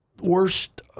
worst